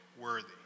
worthy